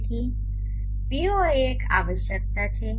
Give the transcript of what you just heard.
તેથી P0 એ એક આવશ્યકતા છે